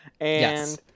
Yes